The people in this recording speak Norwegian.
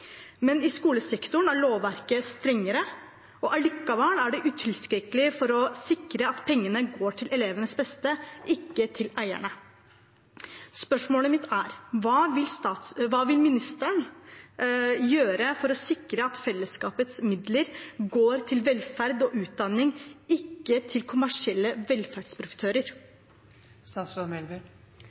Men i skolesektoren er lovverket strengere, allikevel er det utilstrekkelig for å sikre at pengene går til elevenes beste, ikke til eierne. Spørsmålet mitt er: Hva vil ministeren gjøre for å sikre at fellesskapets midler går til velferd og utdanning, ikke til kommersielle